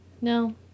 no